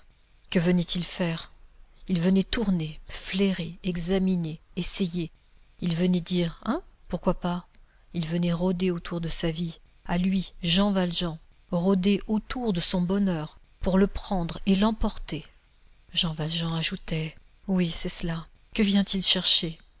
que venait-il faire il venait tourner flairer examiner essayer il venait dire hein pourquoi pas il venait rôder autour de sa vie à lui jean valjean rôder autour de son bonheur pour le prendre et l'emporter jean valjean ajoutait oui c'est cela que vient-il chercher